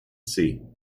see